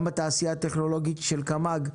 גם בתעשייה הטכנולוגית של קמ"ג,